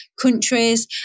countries